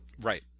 Right